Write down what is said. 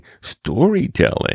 storytelling